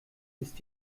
ist